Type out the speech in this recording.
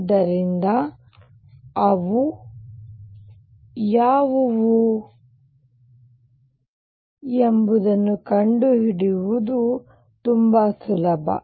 ಆದ್ದರಿಂದ ಈಗ ಇವು ಯಾವುವು ಎಂಬುದನ್ನು ಕಂಡುಹಿಡಿಯುವುದು ತುಂಬಾ ಸುಲಭ